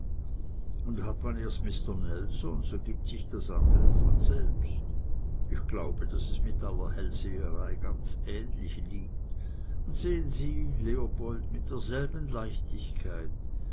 und hat man erst mister nelson so gibt sich das andere von selbst ich glaube daß es mit aller hellseherei ganz ähnlich liegt und sehen sie leopold mit derselben leichtigkeit